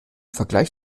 vergleich